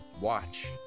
watch